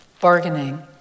Bargaining